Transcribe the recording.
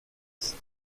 ist